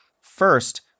First